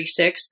36